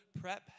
prep